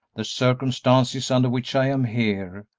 the circumstances under which i am here,